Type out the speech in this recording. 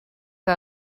que